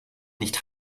nicht